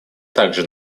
также